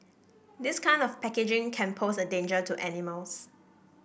this kind of packaging can pose a danger to animals